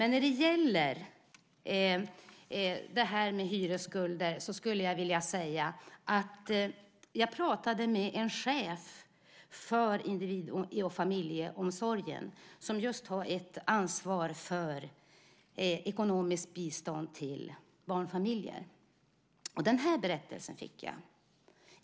När det gäller hyresskulder pratade jag med en chef för individ och familjeomsorgen som just har ett ansvar för ekonomiskt bistånd till barnfamiljer. Följande berättelse fick jag.